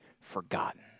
forgotten